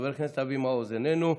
חבר הכנסת אבי מעוז, איננו,